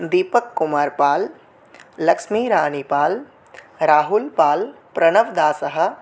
दीपककुमारपाल् लक्ष्मीराणिपाल् राहुलपाल् प्रणवगासः